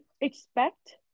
expect